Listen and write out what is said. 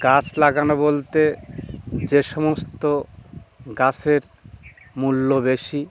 গাছ লাগানো বলতে যে সমস্ত গাছের মূল্য বেশি